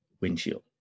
windshield